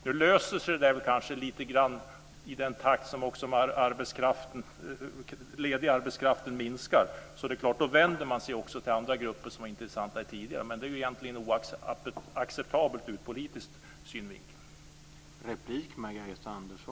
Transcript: Nu löser sig kanske detta lite grann vartefter den lediga arbetskraften minskar. Då vänder man sig också till andra grupper som inte var intressanta tidigare. Det är egentligen oacceptabelt ur politisk synvinkel.